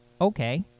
okay